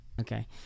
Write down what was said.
okay